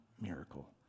miracle